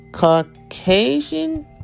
Caucasian